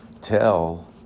tell